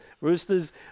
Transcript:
Roosters